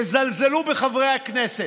יזלזלו בחברי הכנסת,